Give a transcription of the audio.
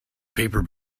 paper